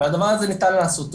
אבל את הדבר הזה ניתן לעשותו,